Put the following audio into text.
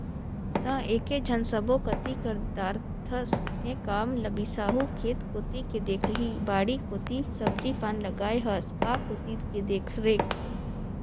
त एकेझन सब्बो कति कर दारथस तें काम ल बिसाहू खेत कोती के देखही बाड़ी कोती सब्जी पान लगाय हस आ कोती के देखरेख